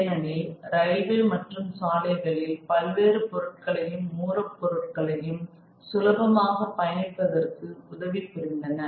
ஏனெனில் ரயில்வே மற்றும் சாலைகளில் பல்வேறு பொருட்களையும் மூலப் பொருட்களையும் சுலபமாக பயணிப்பதற்கு உதவி புரிந்தன